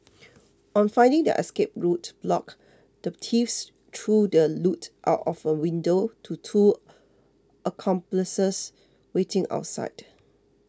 on finding their escape route blocked the thieves threw the loot out of a window to two accomplices waiting outside